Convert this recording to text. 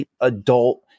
adult